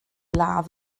ladd